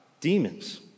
demons